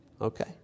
Okay